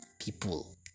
people